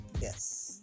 Yes